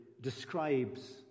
describes